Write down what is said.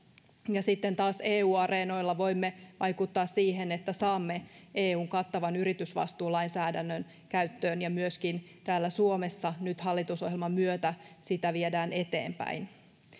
ja sitten taas eu areenoilla voimme vaikuttaa siihen että saamme eun kattavan yritysvastuulainsäädännön käyttöön ja myöskin täällä suomessa nyt hallitusohjelman myötä sitä viedään eteenpäin